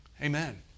Amen